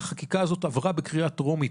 החקיקה הזאת עברה בקריאה טרומית,